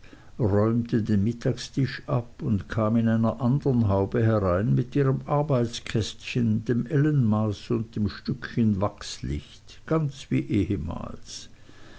räumte den mittagstisch ab und kam in einer andern haube herein mit ihrem arbeitskästchen dem ellenmaß und dem stückchen wachslicht ganz wie ehemals